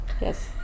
Yes